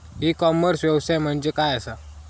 E commerce व्यवसाय म्हणजे काय असा?